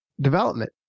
development